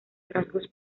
rasgos